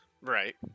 Right